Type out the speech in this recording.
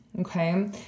okay